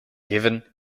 given